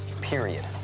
period